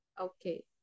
Okay